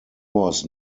was